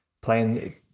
playing